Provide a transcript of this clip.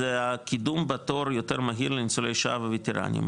זה הקידום בתור יותר מהיר לניצולי שואה ווטרנים,